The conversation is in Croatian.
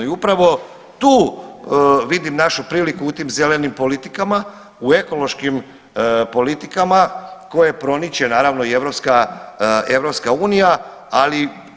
I upravo tu vidim našu priliku u tim zelenim politikama, u ekološkim politikama koje proniče naravno i Europska unija.